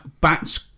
bats